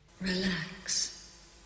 Relax